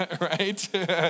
right